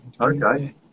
Okay